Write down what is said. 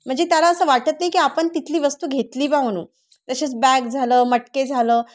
म्हणजे त्याला असं वाटत नाही की आपण तिथली वस्तू घेतली बा म्हणून तसेच बॅग झालं मटके झालं